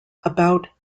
about